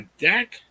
deck